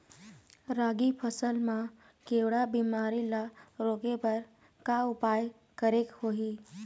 रागी फसल मा केवड़ा बीमारी ला रोके बर का उपाय करेक होही?